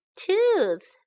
tooth